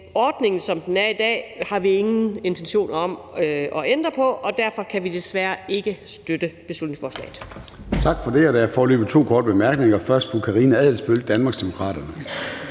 ordningen, som den er i dag, har vi ingen intentioner om at ændre på, og derfor kan vi desværre ikke støtte beslutningsforslaget.